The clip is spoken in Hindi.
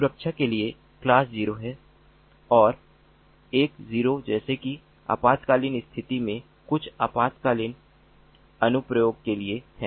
सुरक्षा के लिए क्लास 0 हैं और एक 0 जैसे कि आपातकालीन स्थिति में कुछ आपातकालीन अनुप्रयोग के लिए है